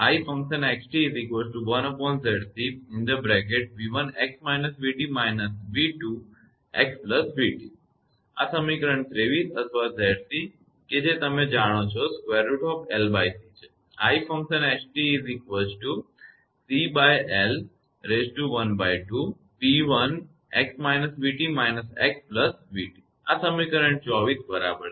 તેથી આ સમીકરણ 23 અથવા 𝑍𝐶 કે જે તમે જાણો છો √𝐿𝐶 તે છે આ સમીકરણ 24 છે બરાબર